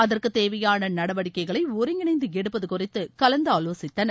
அகற்கு தேவையாள நடவடிக்கைகளை ஒருங்கிணைந்து எடுப்பது குறித்து கலந்து ஆலோசித்தனர்